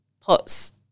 pots